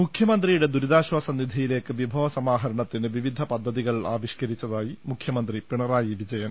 M മുഖ്യമന്ത്രിയുടെ ദുരിതാശ്വാസനിധിയിലേക്ക് വിഭവസമാഹ രണത്തിന് വിവിധ പദ്ധതികൾ ആവിഷ്ക്കരിച്ചതായി മുഖ്യ മന്ത്രി പിണറായി വിജയൻ